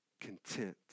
content